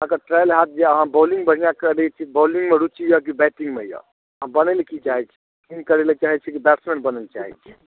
अहाँक ट्रायल हैत जे अहाँ बॉलिंग बढ़िआँ करै छी बोलिंगमे रुचि यए कि बैटिंगमे यए आ बनय लेल की चाहै छी खेल करै लेल चाहै छी कि बैट्समैन बनय लेल चाहै छी